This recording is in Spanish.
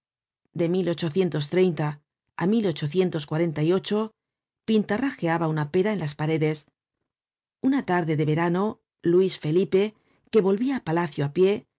de a pintarrajeada una pera en las paredes una tarde de verano luis felipe que volvia á palacio á pie